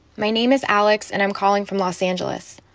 my name is alex, and i'm calling from los angeles.